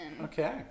Okay